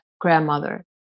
grandmother